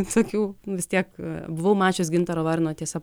tokių vis tiek buvau mačius gintaro varno tiesa